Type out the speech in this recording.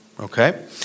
Okay